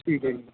ਠੀਕ ਹੈ ਜੀ